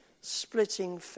splitting